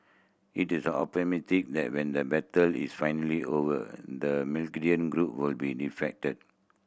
he is optimistic that when the battle is finally over the group will be defeated